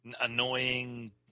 annoying